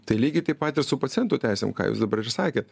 tai lygiai taip pat ir su pacientų teisėm ką jūs dabar sakėt